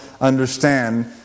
understand